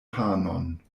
panon